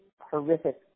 horrific